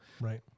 Right